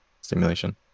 stimulation